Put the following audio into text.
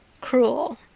Cruel